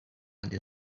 until